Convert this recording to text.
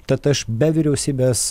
tad aš be vyriausybės